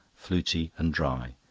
fluty, and dry.